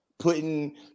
Putting